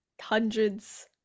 hundreds